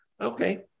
Okay